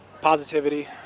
Positivity